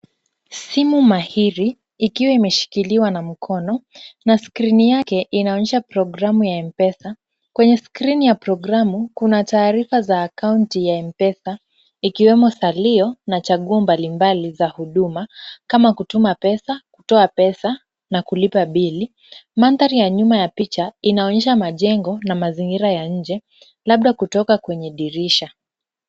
Simu mahiri ikiwa imeshikiliwa na mkono na skrini yake inaonyesha programu ya M-Pesa. Kwenye skrini ya programu kuna taarifa za akaunti ya M-Pesa ikiwemo salio na chaguo mbalimbali za huduma kama kutuma pesa, kutoa pesa na kulipa bili. Mandhari ya nyuma ya picha, inaonyesha majengo na mazingira ya nje, labda kutoka kwenye dirisha.